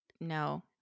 No